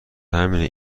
همینه